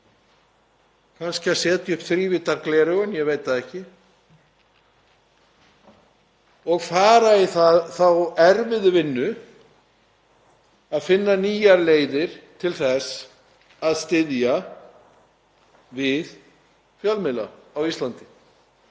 kannski að setja upp þrívíddargleraugun, og fara í þá erfiðu vinnu að finna nýjar leiðir til þess að styðja við fjölmiðla á Íslandi,